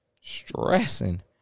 stressing